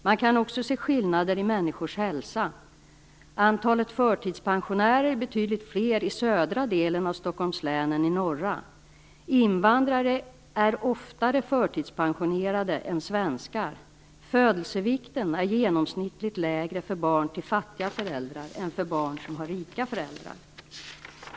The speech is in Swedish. Man kan också se skillnader i människors hälsa. Antalet förtidspensionerade är betydligt fler i södra delen av länet än i den norra. Invandrare är oftare förtidspensionerade än svenskar. Födelsevikten är genomsnittligt lägre för barn till fattiga föräldrar än för barn som har rika föräldrar.